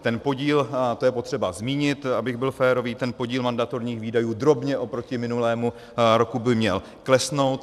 Ten podíl, to je potřeba zmínit, abych byl férový, podíl mandatorních výdajů drobně oproti minulému roku by měl klesnout.